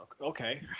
okay